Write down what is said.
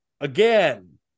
Again